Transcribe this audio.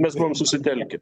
mes buvome susitelkę